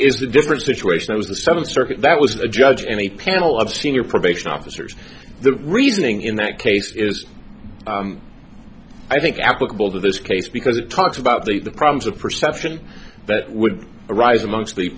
is a different situation it was the seventh circuit that was a judge and a panel of senior probation officers the reasoning in that case is i think applicable to this case because it talks about the problems of perception that would arise amongst the